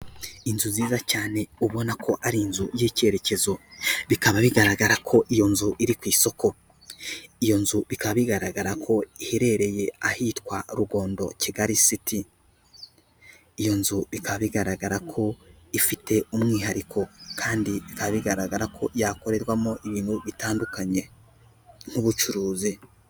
Inzu nziza cyane ubona ko ari inzu y'ikerekezo, bikaba bigaragara ko iyo nzu iri ku isoko, iyo nzu ikaba bigaragara ko iherereye ahitwa Rugondo Kigali city, iyo nzu ikaba igaragara ko ifite umwihariko kandi bigaragara ko yakorerwamo ibintu bitandukanye nk'ubucuruzi.